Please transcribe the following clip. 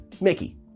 Mickey